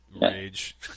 rage